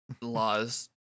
Law's